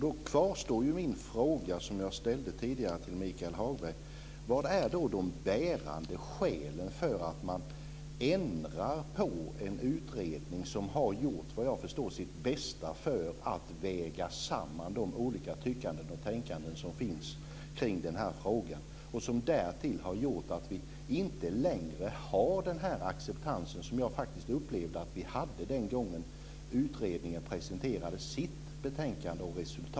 Då kvarstår min fråga, som jag ställde tidigare till Michael Hagberg: Vilka är de bärande skälen för att man ändrar på en utredning som har gjort sitt bästa för att väga samman de olika tyckanden och tänkanden som finns kring denna fråga och som därtill har gjort att vi inte längre har den acceptans som jag faktiskt upplevde att vi hade den gång utredningen presenterade sitt betänkande?